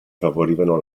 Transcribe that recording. favorivano